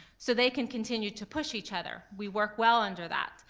so, they can continue to push each other. we work well under that,